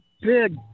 big